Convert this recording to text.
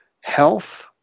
health